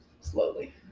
Slowly